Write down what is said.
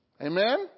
Amen